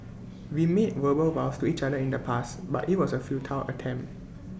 we made verbal vows to each other in the past but IT was A futile attempt